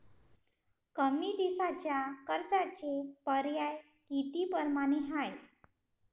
कमी दिसाच्या कर्जाचे पर्याय किती परमाने हाय?